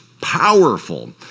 powerful